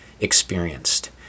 experienced